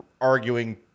arguing